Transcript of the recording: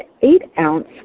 eight-ounce